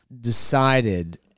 decided